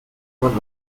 man